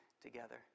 together